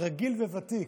רגיל וותיק.